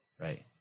Right